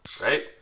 Right